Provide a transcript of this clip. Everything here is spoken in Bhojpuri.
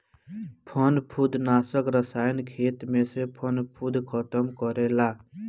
फंफूदनाशक रसायन खेत में से फंफूद खतम करेला